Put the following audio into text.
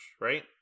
right